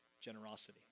generosity